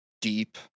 deep